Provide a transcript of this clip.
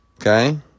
Okay